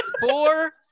Four